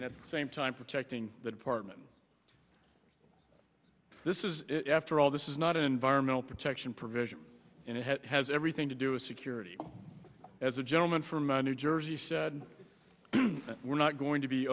and at the same time protecting the department this is after all this is not an environmental protection provision and it has everything to do a security as a gentleman from a new jersey said we're not going to be